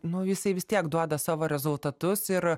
nu jisai vis tiek duoda savo rezultatus ir